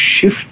shift